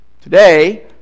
today